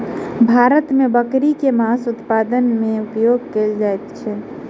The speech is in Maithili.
भारत मे बकरी के मौस उत्पादन मे उपयोग कयल जाइत अछि